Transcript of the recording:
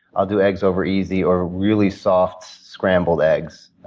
i'll do eggs over easy or really soft scrambled eggs.